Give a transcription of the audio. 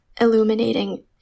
illuminating